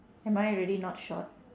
am I already not short